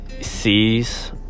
sees